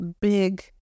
big